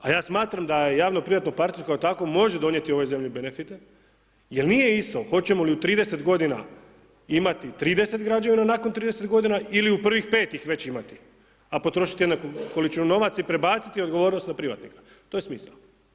A ja smatram da javno privatno partnerstvo kao takvo može donijeti ovoj zemlji benefite jel nije isto hoćemo li u 30 godina imati 30 građevina nakon 30 godina ili u prvih 5 ih već imati, a potrošiti jednaku količinu novaca i prebaciti odgovornost na privatnika, to je smisao.